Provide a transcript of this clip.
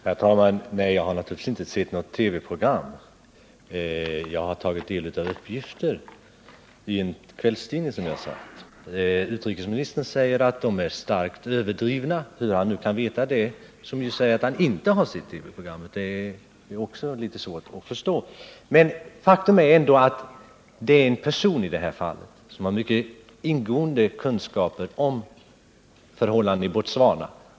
Herr talman! Nej, jag har naturligtvis inte sett något TV-program. Jag har, som jag sade, tagit del av uppgifter i en kvällstidning. Utrikesministern säger att de är starkt överdrivna — hur han nu kan veta det när han inte har sett TV-programmet. Faktum är att uppgifterna kommer från en person som har mycket ingående kunskaper om förhållandena i Botswana.